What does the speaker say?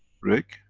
rick,